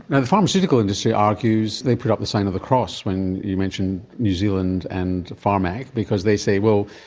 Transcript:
and the pharmaceutical industry argues. they put up a sign of the cross when you mention new zealand and pharmac because they say, well,